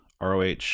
ROH